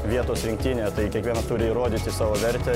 vietos rinktinėje kiekvienas turi įrodyti savo vertę